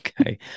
Okay